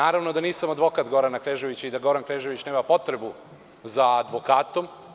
Naravno da nisam advokat Gorana Kneževića i da Goran Knežević nema potrebu za advokatom.